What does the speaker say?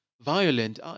violent